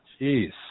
Jeez